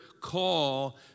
call